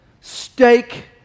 steak